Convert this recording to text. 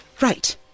Right